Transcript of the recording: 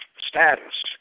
status